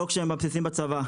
לא כשהם בבסיסים בצבא,